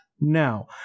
Now